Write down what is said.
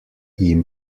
jim